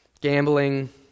gambling